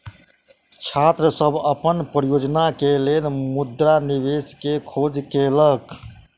छात्र सभ अपन परियोजना के लेल मुद्रा निवेश के खोज केलक